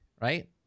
right